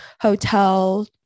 hotel